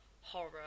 horror